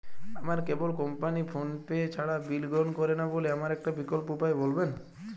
আমার cable company PhonePe ছাড়া bill গ্রহণ করে না বলে আমার একটা বিকল্প উপায় বলবেন?